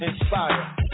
Inspired